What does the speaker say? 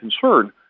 concern